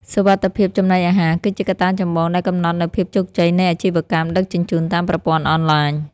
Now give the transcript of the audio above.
សុវត្ថិភាពចំណីអាហារ គឺជាកត្តាចម្បងដែលកំណត់នូវភាពជោគជ័យនៃអាជីវកម្មដឹកជញ្ជូនតាមប្រព័ន្ធអនឡាញ។